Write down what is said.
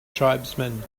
tribesman